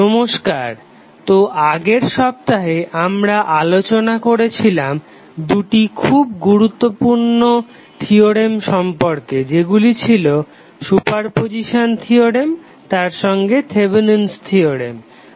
নমস্কার তো আগের সপ্তাহে আমরা আলোচনা করেছিলাম দুটি খুব গুরুত্বপূর্ণ থিওরেম সম্পর্কে যেগুলি ছিলো সুপারপজিসান থিওরেম তার সঙ্গে থেভেনিন'স থিওরেম Thevenins theorem